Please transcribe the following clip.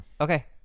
Okay